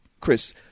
Chris